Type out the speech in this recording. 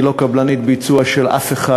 היא לא קבלנית ביצוע של אף אחד,